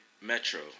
Metro